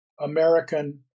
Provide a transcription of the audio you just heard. American